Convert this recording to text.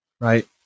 right